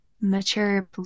mature